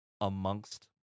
amongst